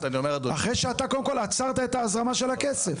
אחרי שאתה קודם כל עצרת את ההזרמה של הכסף?